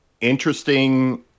interesting